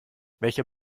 welcher